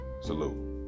Salute